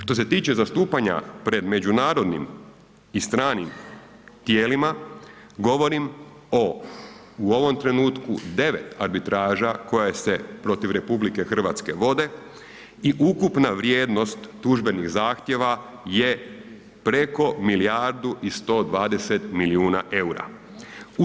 Što se tiče zastupanja pred međunarodnim i stranim tijelima govorim o u ovom trenutku 9 arbitraža koje se protiv RH vode i ukupna vrijednost tužbenih zahtjeva je preko milijardu i 120 milijuna EUR-a.